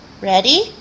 Ready